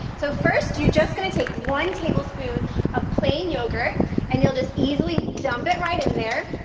so first, you just gonna take one tablespoon of plain yogurt and you'll just easily dump it right in there.